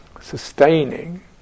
sustaining